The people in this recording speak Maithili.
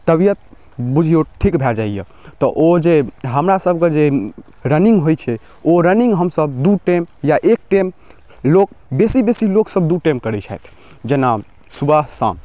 तबियत बुझियौ ठीक भए जाइए तऽ ओ जे हमरा सबके जे रनिंग होइ छै ओ रनिंग हमसब दू टाइम या एक टाइम लोक बेसी बेसी लोक सब दू टाइम करै छथि जेना सुबह शाम